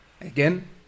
again